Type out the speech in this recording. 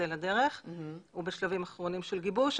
הוא בשלבים אחרונים של גיבוש.